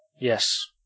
Yes